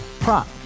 Prop